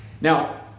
Now